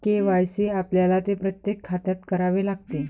KYC आपल्याला ते प्रत्येक खात्यात करावे लागते